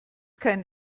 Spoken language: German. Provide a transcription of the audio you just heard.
keinen